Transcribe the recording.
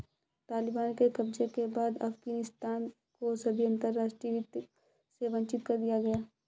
तालिबान के कब्जे के बाद अफगानिस्तान को सभी अंतरराष्ट्रीय वित्त से वंचित कर दिया गया